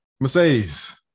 Mercedes